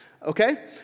Okay